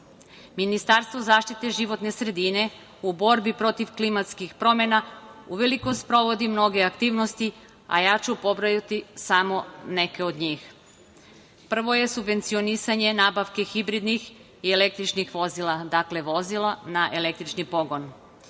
oblasti. Ministarstvo za zaštitu životne sredine u borbi protiv klimatskih promena uveliko sprovodi mnoge aktivnosti, a ja ću pobrojati samo neke od njih: prvo, subvencionisanje nabavke hibridnih i električnih vozila, dakle, vozila na električni pogon.